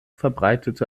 verbreitete